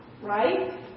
right